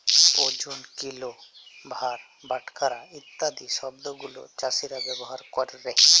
ওজন, কিলো, ভার, বাটখারা ইত্যাদি শব্দ গুলো চাষীরা ব্যবহার ক্যরে